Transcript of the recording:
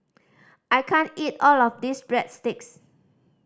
I can't eat all of this Breadsticks